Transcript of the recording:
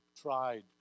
tried